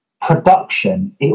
production